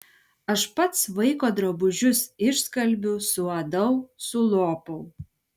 aš pats vaiko drabužius išskalbiu suadau sulopau